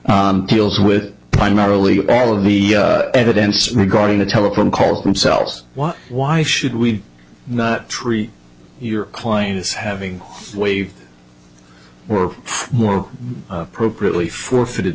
issue deals with primarily all of the evidence regarding the telephone call themselves why why should we not treat your clients having or more appropriately forfeited